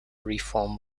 reform